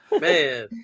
man